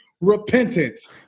repentance